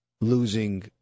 losing